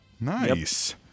Nice